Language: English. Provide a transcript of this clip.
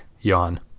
yawn